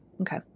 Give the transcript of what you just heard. Okay